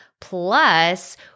Plus